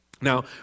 Now